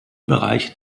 bereich